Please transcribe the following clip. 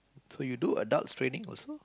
so you do adults training also